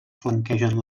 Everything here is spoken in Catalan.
flanquegen